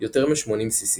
יותר מ-80CC.